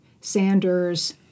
Sanders